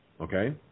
okay